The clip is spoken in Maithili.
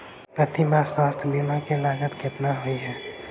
प्रति माह स्वास्थ्य बीमा केँ लागत केतना होइ है?